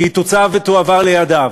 כי היא תוצא ותועבר לידיו.